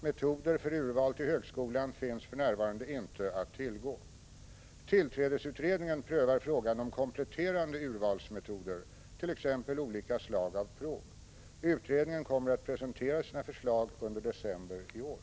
Mot den här angivna bakgrunden ber jag att till utbildningsministern få ställa följande fråga: Står den socialdemokratiska uppfattningen att betygen skall avskaffas också i gymnasieskolan fast?